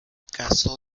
caso